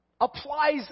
applies